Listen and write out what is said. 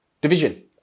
Division